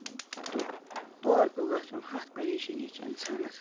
تہٕ تور پیٚو گَژھُن ہَتھ پریشٲنی چھِ اِنسانَس